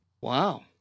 Wow